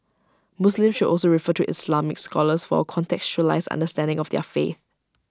Muslims should also refer to Islamic scholars for A contextualised understanding of their faith